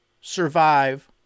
survive